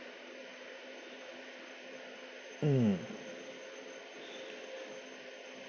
mm